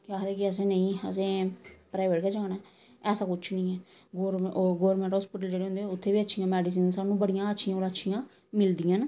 केह् आखदे कि असें नेईं असें प्राइवेट गै जाना ऐ ऐसा कुछ निं ऐ गौरमेंट हॉस्पिटल जेह्ड़े होंदे उ'त्थें बी अच्छियां मेडिसिनां सानूं बड़ियां अच्छियां कोला अच्छियां मिलदियां न